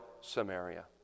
Samaria